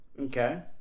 Okay